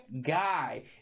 guy